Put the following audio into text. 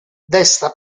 desta